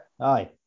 Aye